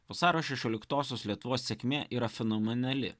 vasario šešioliktosios lietuvos sėkmė yra fenomenali